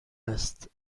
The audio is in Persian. است